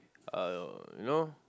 uh you know